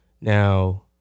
now